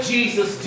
Jesus